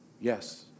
Yes